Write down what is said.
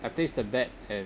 I placed the bet and